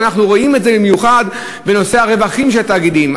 ואנחנו רואים את זה במיוחד ברווחים של התאגידים.